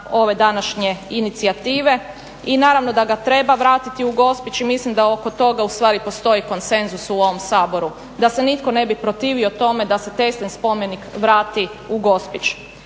ove današnje inicijative i naravno da ga treba vratiti u Gospić i mislim da oko toga ustvari postoji konsenzus u ovom Saboru da se nitko ne bi protivio tome da se Teslin spomenik vrati u Gospić.